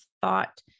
thought